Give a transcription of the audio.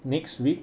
next week